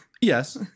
Yes